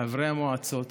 לחברי המועצות,